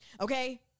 Okay